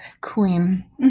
queen